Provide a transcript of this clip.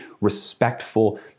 respectful